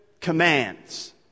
commands